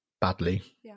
badly